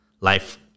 life